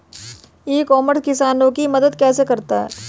ई commerce किसानों की मदद कैसे कर सकता है?